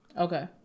Okay